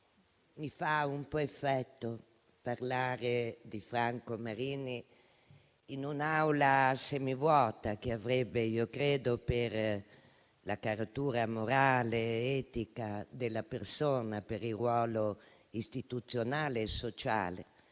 Mi fa effetto parlare di Franco Marini in un'Aula semivuota, che avrebbe, per la caratura morale, etica della persona, per il ruolo istituzionale e sociale,